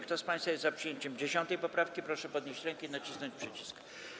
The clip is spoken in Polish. Kto z państwa jest za przyjęciem 10. poprawki, proszę podnieść rękę i nacisnąć przycisk.